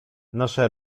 nasze